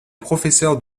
professeurs